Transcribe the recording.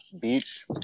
beach